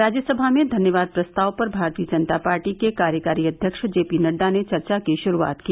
राज्यसभा में धन्यवाद प्रस्ताव पर भारतीय जनता पार्टी के कार्यकारी अध्यक्ष जेपी नड्डा ने चर्चा की शुरूआत की